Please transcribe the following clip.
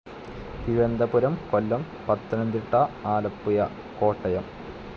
Thiruvananthapuram Kollam Pathanamthitta Alappuzha Kottayam